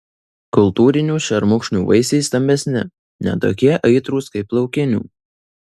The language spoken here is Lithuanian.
kultūrinių šermukšnių vaisiai stambesni ne tokie aitrūs kaip laukinių